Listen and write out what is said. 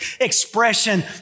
expression